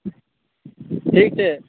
ठीक अइ